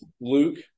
Luke